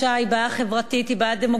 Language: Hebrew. היא בעיה חברתית, היא בעיה דמוגרפית.